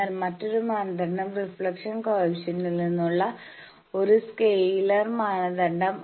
എന്നാൽ മറ്റൊരു മാനദണ്ഡം റിഫ്ലക്ഷൻ കോയെഫിഷ്യന്റിൽ നിന്നുള്ള ഒരു സ്കെയിലർ മാനദണ്ഡം